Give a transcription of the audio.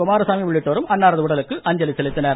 குமாரசாமி உள்ளிட்டோரும் அன்னாரது உடலுக்கு அஞ்சலி செலுத்தினர்